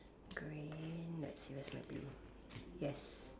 green let's see where's my blue yes